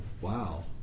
wow